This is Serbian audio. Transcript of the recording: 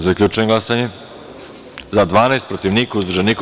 Zaključujem glasanje: za – 12, protiv – niko, uzdržan – niko.